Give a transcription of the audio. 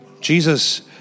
Jesus